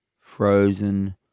frozen